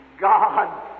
God